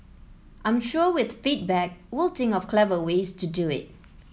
I'm sure with feedback we'll think of clever ways to do it